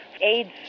aids